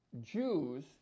Jews